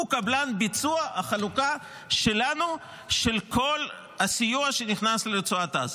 הוא קבלן ביצוע החלוקה שלנו של כל הסיוע שנכנס לרצועת עזה,